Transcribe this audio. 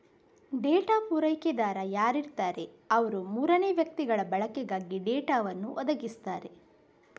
data ಪೂರೈಕೆದಾರ ಯಾರಿರ್ತಾರೆ ಅವ್ರು ಮೂರನೇ ವ್ಯಕ್ತಿಗಳ ಬಳಕೆಗಾಗಿ ಡೇಟಾವನ್ನು ಒದಗಿಸ್ತಾರೆ